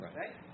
right